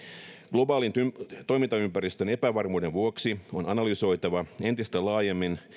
globaalin toimintaympäristön epävarmuuden vuoksi on analysoitava entistä laajemmin